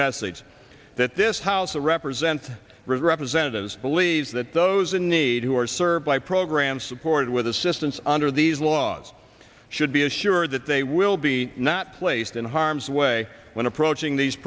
message that this house represent representatives believes that those in need who are served by programs supported with assistance under these laws should be assured that they will be not placed in harm's way when approaching these